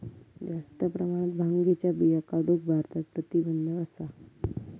जास्त प्रमाणात भांगेच्या बिया काढूक भारतात प्रतिबंध असा